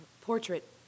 Portrait